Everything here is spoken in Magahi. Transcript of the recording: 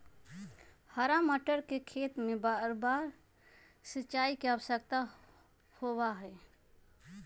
हरा मटर के खेत में बारबार सिंचाई के आवश्यकता होबा हई